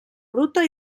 bruta